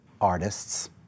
artists